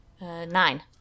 nine